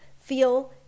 Feel